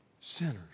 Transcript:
Sinners